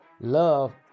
love